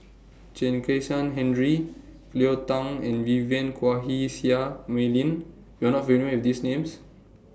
Chen Kezhan Henri Cleo Thang and Vivien Quahe Seah Mei Lin YOU Are not familiar with These Names